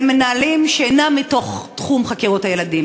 למנהלים שאינם מתוך תחום חקירות הילדים,